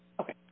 Okay